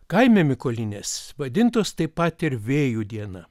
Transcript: kaime mykolinės vadintos taip pat ir vėjų diena